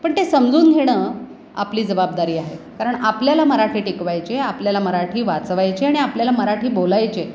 पण ते समजून घेणं आपली जबाबदारी आहे कारण आपल्याला मराठी टिकवायची आहे आपल्याला मराठी वाचवायची आहे आणि आपल्याला मराठी बोलायची आहे